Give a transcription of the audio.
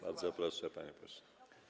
Bardzo proszę, panie pośle.